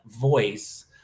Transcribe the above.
voice